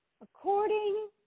according